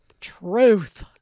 truth